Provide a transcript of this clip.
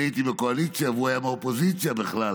אני הייתי בקואליציה והוא היה מהאופוזיציה בכלל,